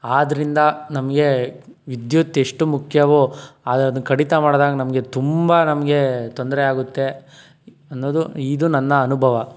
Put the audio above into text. ಆದ್ದರಿಂದ ನಮಗೆ ವಿದ್ಯುತ್ ಎಷ್ಟು ಮುಖ್ಯವೋ ಆದ್ರೆ ಅದನ್ನ ಕಡಿತ ಮಾಡ್ದಾಗ ನಮಗೆ ತುಂಬ ನಮಗೆ ತೊಂದರೆ ಆಗುತ್ತೆ ಅನ್ನೋದು ಇದು ನನ್ನ ಅನುಭವ